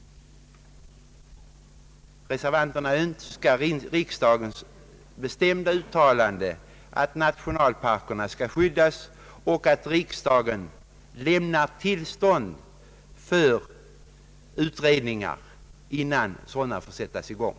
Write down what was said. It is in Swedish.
Reservanterna önskar riksdagens bestämda uttalande om att nationalparkerna skall skyddas och att riksdagen skall lämna tillstånd till utredningar innan sådana får sättas i gång.